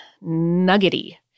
nuggety